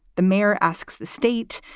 the mayor asks the state,